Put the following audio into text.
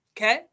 Okay